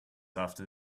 after